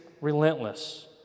relentless